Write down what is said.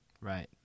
right